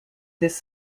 this